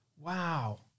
Wow